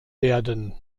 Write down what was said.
werden